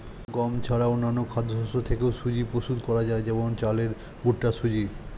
গম ছাড়া অন্যান্য খাদ্যশস্য থেকেও সুজি প্রস্তুত করা যায় যেমন চালের ভুট্টার সুজি